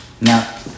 Now